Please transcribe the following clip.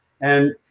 And-